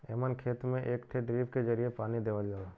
एमन खेत में एक ठे ड्रिप के जरिये पानी देवल जाला